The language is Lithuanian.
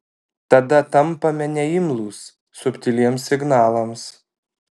tada tampame neimlūs subtiliems signalams